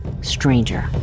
stranger